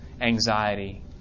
anxiety